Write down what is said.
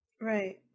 Right